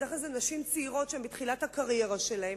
בדרך כלל זה נשים צעירות שהן בתחילת הקריירה שלהן,